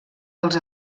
dels